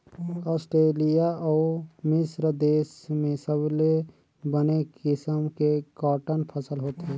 Australia अउ मिस्र देस में सबले बने किसम के कॉटन फसल होथे